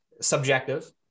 subjective